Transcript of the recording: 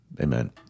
Amen